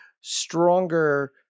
stronger